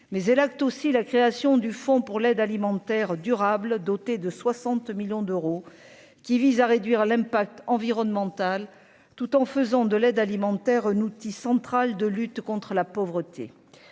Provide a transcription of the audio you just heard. mais elle acte aussi la création du fonds pour l'aide alimentaire durable doté de 60 millions d'euros, qui vise à réduire l'impact environnemental, tout en faisant de l'aide alimentaire, un outil central de lutte contre la pauvreté